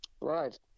right